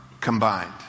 combined